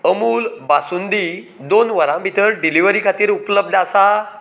अमूल बासुंदी दोन वरां भितर डिलिव्हरी खातीर उपलब्ध आसा